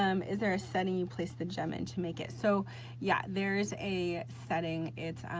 um is there a setting you placed the gem in to make it? so yeah, there is a setting, it's